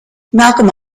malcolm